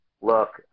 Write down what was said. look